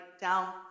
down